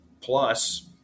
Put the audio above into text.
Plus